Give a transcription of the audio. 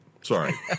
Sorry